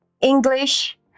English